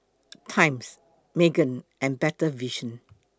Times Megan and Better Vision